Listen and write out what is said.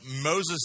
Moses